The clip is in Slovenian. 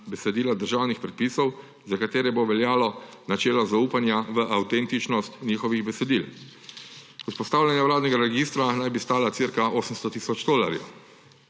besedila državnih predpisov, za katere bo veljalo načelo zaupanja v avtentičnost njihovih besedil. Vzpostavljanje vladnega registra naj bi stalo okoli 800 tisoč evrov.